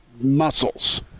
muscles